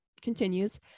continues